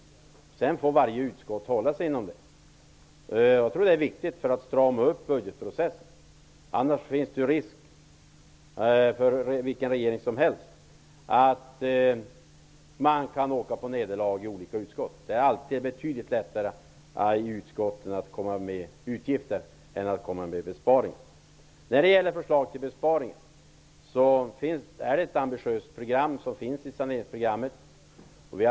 Varje utskott får sedan hålla sig till ramarna. Jag tror att det är viktigt för att strama upp budgetprocessen, annars finns det risk för vilken regering som helst att möta nederlag i olika utskott. Det är betydligt lättare för utskotten att komma med förslag till utgifter än besparingar. När det gäller förslag till besparingar är saneringsprogrammet ambitiöst.